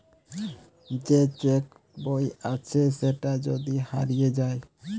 যে চেক বই আছে সেটা যদি হারিয়ে যায়